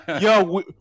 yo